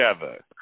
together